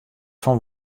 fan